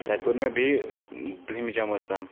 تَتِہ پوٚر مےٚ بیٚیِہ دٔہمِہ جَمٲژ تام